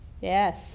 Yes